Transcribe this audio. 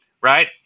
right